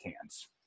hands